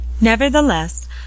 Nevertheless